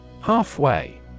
Halfway